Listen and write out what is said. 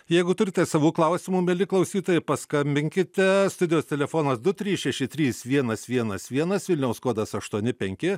jeigu turite savų klausimų mieli klausytojai paskambinkite studijos telefonas du trys šeši trys vienas vienas vienas vilniaus kodas aštuoni penki